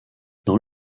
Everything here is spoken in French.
dans